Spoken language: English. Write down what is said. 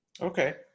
okay